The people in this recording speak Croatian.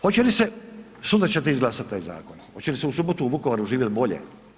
Hoće li se, sutra ćete izglasati taj zakon, hoće li se u subotu u Vukovaru živjeti bolje?